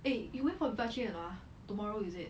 eh you went for budget or not ah tomorrow is it